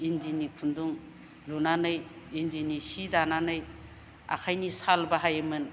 इन्दिनि खुन्दुं लुनानै इन्दिनि सि दानानै आखाइनि साल बाहायोमोन